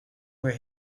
where